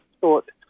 thought